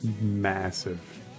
massive